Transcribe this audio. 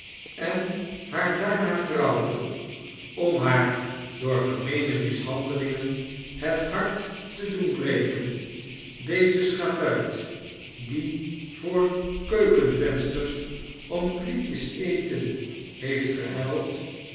en haar daarna trouwde om haar door gemeene mishandelingen het hart te doen breken deze schavuit die voor keukenvensters om kliekjes eten heeft gehuild